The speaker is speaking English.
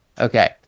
Okay